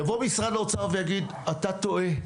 יבוא משרד האוצר ויגיד: אתה טועה.